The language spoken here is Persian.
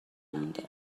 مونده